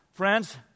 Friends